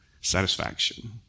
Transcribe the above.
satisfaction